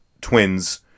twins